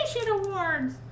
awards